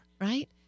right